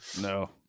No